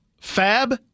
FAB